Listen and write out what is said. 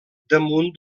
damunt